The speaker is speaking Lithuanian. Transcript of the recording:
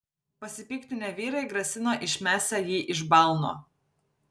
pasipiktinę vyrai grasino išmesią jį iš balno